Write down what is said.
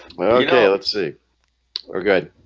well ok let's see we're good